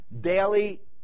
daily